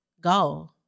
go